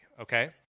okay